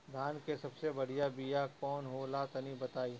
धान के सबसे बढ़िया बिया कौन हो ला तनि बाताई?